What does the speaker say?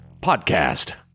podcast